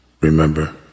remember